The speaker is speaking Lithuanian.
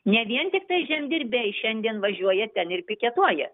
ne vien tiktai žemdirbiai šiandien važiuoja ten ir piketuoja